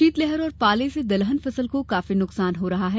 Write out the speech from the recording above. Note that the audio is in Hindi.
शीतलहर और पाले से दलहन फसल को काफी नुकसान हो रहा है